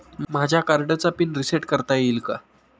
माझ्या कार्डचा PIN reset करता येईल का?